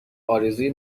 ارزوی